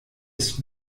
ist